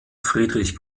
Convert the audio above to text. friedrich